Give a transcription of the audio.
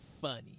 funny